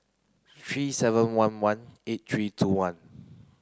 three seven one one eight three two one